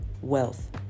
wealth